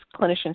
clinicians